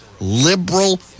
liberal